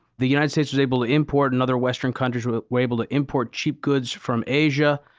the united states was able to import, and other western countries were were able to import cheap goods from asia.